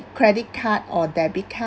credit card or debit card